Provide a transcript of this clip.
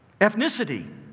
ethnicity